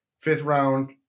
fifth-round